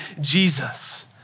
Jesus